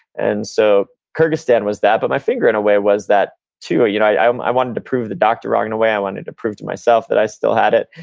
and so kurdistan was that, but my finger in a way was that too. you know i um i wanted to prove the doctor wrong, and i wanted to prove to myself that i still had it.